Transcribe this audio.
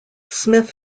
smith